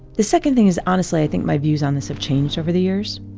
the second thing is, honestly, i think my views on this have changed over the years.